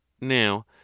Now